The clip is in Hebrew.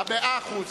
מאה אחוז.